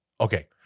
Okay